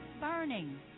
burning